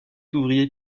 ouvrier